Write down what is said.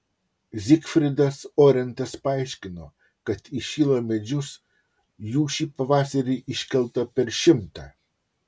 zygfridas orentas paaiškino kad į šilo medžius jų šį pavasarį iškelta per šimtą